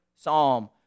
Psalm